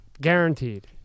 Guaranteed